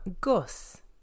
Gus